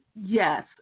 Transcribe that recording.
Yes